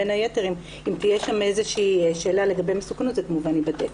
אם יש שם שאלה לגבי מסוכנות, זה כמובן ייבדק.